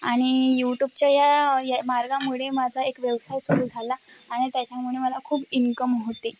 आणि यूटूबच्या या या मार्गामुळे माझा एक व्यवसाय सुरू झाला आणि त्याच्यामुळे मला खूप इन्कम होते